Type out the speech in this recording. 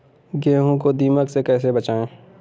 गेहूँ को दीमक से कैसे बचाएँ?